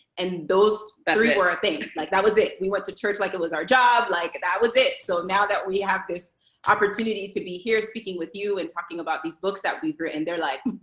and those three were a thing. like, that was it. we went to church like it was our job. like, that was it. so now that we have this opportunity to be here speaking with you and talking about these books that we have written, they're like,